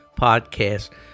podcast